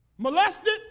Molested